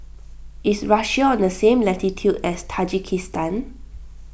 is Russia on the same latitude as Tajikistan